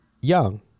young